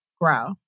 grow